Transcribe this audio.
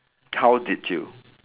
how did you